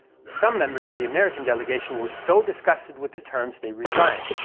some members of the american delegation were so disgusted with the terms they resigned,